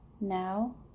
Now